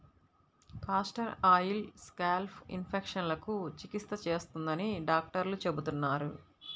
castor oil scalp ఇన్ఫెక్షన్లకు చికిత్స చేస్తుందని డాక్టర్లు చెబుతున్నారు